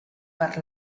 per